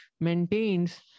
maintains